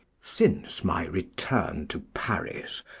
since my return to paris,